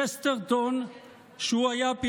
אנחנו נעשה את זה כדי להגן על החופש שלנו.